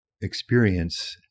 experience